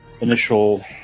initial